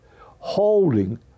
holding